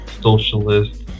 socialist